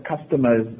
customers